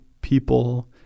people